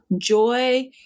joy